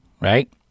Right